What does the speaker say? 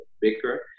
bigger